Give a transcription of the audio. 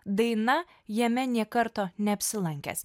daina jame nė karto neapsilankęs